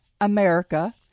America